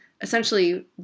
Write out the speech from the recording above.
essentially